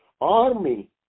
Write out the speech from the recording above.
army